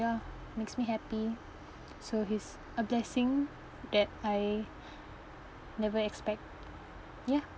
ya makes me happy so he's a blessing that I never expect ya